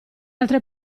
altre